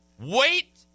Wait